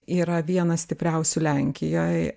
yra vienas stipriausių lenkijoj